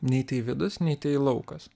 nei tai vidus nei tai laukas